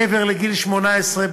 מעבר לגיל 18,